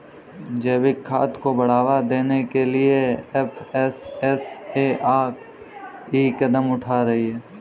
जैविक खाद को बढ़ावा देने के लिए एफ.एस.एस.ए.आई कदम उठा रही है